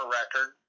record